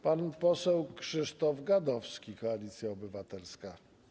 Pan poseł Krzysztof Gadowski, Koalicja Obywatelska.